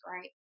Right